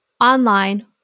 online